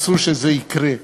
אסור שזה יקרה.